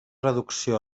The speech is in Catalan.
reducció